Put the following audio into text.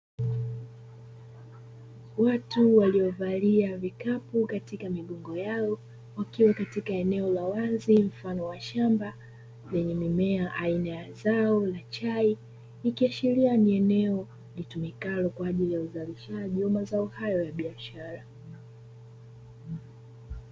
Watu waliovalia vikapu katika migongo yao wakiwa katika eneo la wazi mfano wa shamba, lenye mimea aina ya zao la chai ikiashiria ni eneo litumikalo kwaajili ya uzalishaji wa mazao hayo ya biashara.